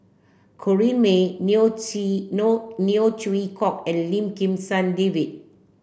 Corrinne May Neo Chwee Neo Chwee Kok and Lim Kim San David